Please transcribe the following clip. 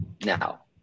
Now